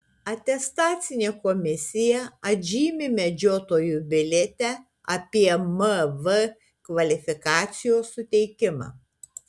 atestacinė komisija atžymi medžiotojų biliete apie mv kvalifikacijos suteikimą